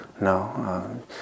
no